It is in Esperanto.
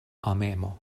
amemo